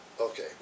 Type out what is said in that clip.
okay